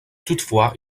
toutefois